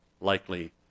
likely